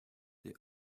they